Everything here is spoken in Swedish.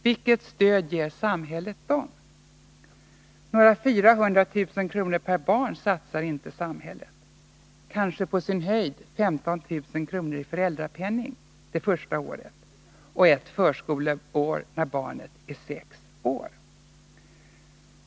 Vilket stöd ger samhället det paret? Några 400 000 kr. per barn satsar inte samhället, kanske på sin höjd 15 000 kr. i föräldrapenning det första året och ett förskoleår när barnet är 6 år.